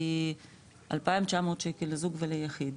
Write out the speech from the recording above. כי 2,900 שקל לזוג וליחיד,